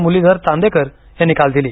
मुरलीधर चांदेकर यांनी काल दिली